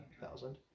Thousand